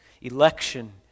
election